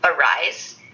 arise